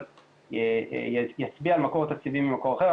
אבל יצביע על מקור תקציבי ממקור אחר,